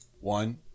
one